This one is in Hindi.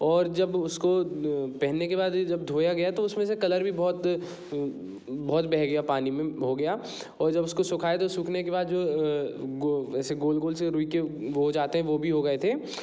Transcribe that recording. और जब उसको पहनने के बाद जब धोया गया तो उसमें से कलर बहुत वह गया पानी में हो गया जब उसको सुखाया तो सूखने के बाद जो गोल गोल से रुई के हो जाते हैं वो भी हो गए थे